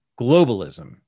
globalism